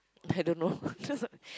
I don't know